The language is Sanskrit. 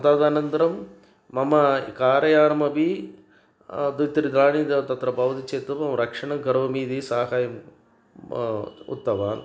तदनन्तरं मम कार्यानमपि द्वित्रिदिनानि त तत्र भवति चेत् रक्षणं करोमि इति साहायम् उक्तवान्